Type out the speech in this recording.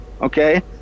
okay